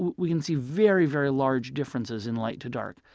we can see very, very large differences in light to dark.